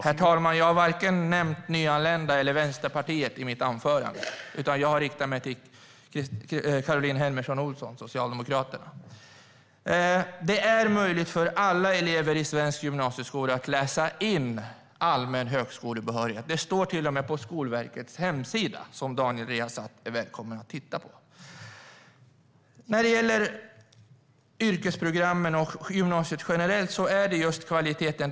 Herr talman! Jag har varken nämnt nyanlända eller Vänsterpartiet i mitt anförande, utan jag har riktat mig till Caroline Helmersson Olsson från Socialdemokraterna. Det är möjligt för alla elever i svensk gymnasieskola att läsa in allmän högskolebehörighet. Det står till och med på Skolverkets hemsida, som Daniel Riazat är välkommen att titta på. När det gäller yrkesprogrammen och gymnasiet generellt handlar det just om kvaliteten.